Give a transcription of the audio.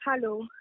Hello